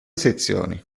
sezioni